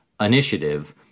initiative